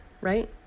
right